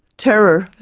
terror,